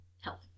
health